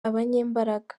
abanyembaraga